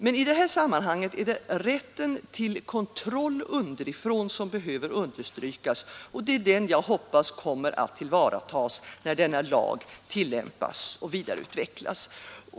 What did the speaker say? Men i det här sammanhanget är det rätten till kontroll underifrån som behöver understrykas, och det är den rätten jag hoppas kommer att tillvaratagas när denna lag tillämpas och vidareutvecklas.